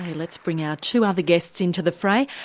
ah let's bring our two other guests into the fray.